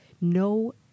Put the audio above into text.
no